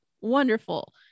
wonderful